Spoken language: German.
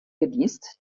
geleast